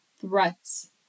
threats